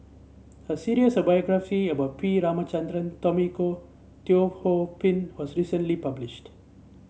a series of biographies about P Ramachandran Tommy Koh Teo Ho Pin was recently published